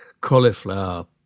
cauliflower